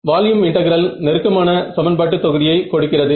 volume integral நெருக்கமான சமன்பாட்டு தொகுதியை கொடுக்கிறது